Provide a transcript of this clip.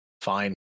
Fine